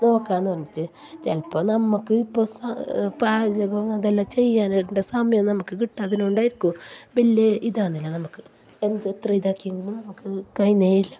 നോക്കാം എന്ന് പറഞ്ഞിട്ട് ചിലപ്പോൾ നമ്മൾക്ക് ഇപ്പോൾ പാചകവും അതെല്ലാം ചെയ്യാന് ഒരു സമയം നമുക്ക് കിട്ടാത്തതിനെ കൊണ്ടായിരിക്കും വലിയ ഇതാവുന്നില്ല നമ്മൾക്ക് എന്താണ് ഇത്ര ഇതാക്കിയെന്നു നമുക്ക് കഴിയുന്നേ ഇല്ല